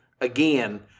again